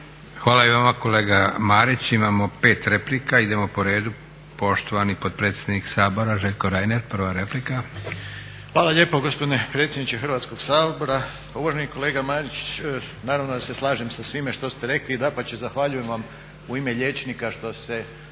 Hvala i vama kolega Marić. Imamo 5 replika. Idemo po redu. Poštovani potpredsjednik Sabora, Željko Reiner prva replika. **Reiner, Željko (HDZ)** Hvala lijepo gospodine predsjedniče Hrvatskog sabora. Pa uvaženi kolega Marić naravno da se slažem sa svime što ste rekli i dapače zahvaljujem vam u ime liječnika što ste